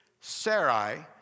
Sarai